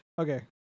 Okay